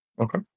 Okay